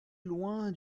loin